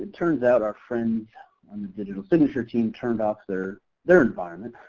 turns out our friend on the digital signature team turned off their their environment.